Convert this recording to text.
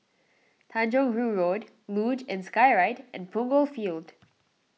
Tanjong Rhu Road Luge and Skyride and Punggol Field